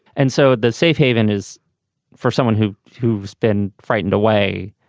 and so the safe haven is for someone who who's been frightened away.